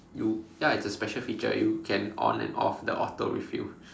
you ya it's a special feature you can on and off the auto refill